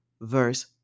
verse